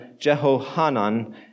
Jehohanan